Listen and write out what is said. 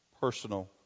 personal